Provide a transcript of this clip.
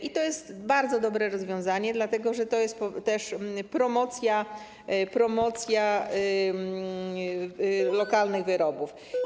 I to jest bardzo dobre rozwiązanie, dlatego że to jest też promocja lokalnych wyrobów.